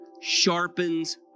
sharpens